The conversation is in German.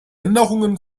änderungen